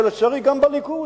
ולצערי גם בליכוד.